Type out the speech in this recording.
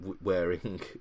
wearing